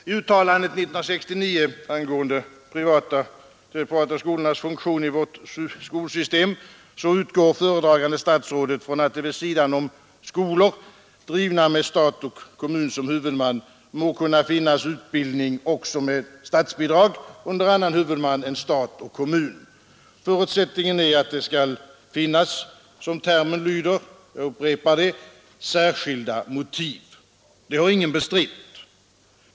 I uttalandet 1969 angående de privata skolornas funktion i vårt skolsystem utgår föredragande statsrådet från att det vid sidan om skolor drivna med stat och kommun som huvudman må kunna finnas utbildning med statsbidrag också under annan huvudman än stat och kommun. Förutsättningen är att det skall finnas, som termen lyder, ”särskilda motiv”. Det har ingen bestritt.